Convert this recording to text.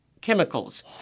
chemicals